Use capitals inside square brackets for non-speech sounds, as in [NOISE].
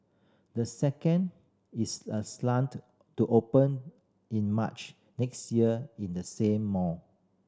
the second is [UNINTELLIGIBLE] to open in March next year in the same mall